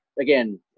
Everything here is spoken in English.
again